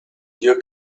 you